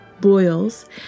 boils